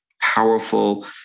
powerful